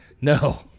No